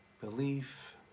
belief